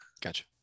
Gotcha